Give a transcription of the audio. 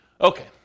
Okay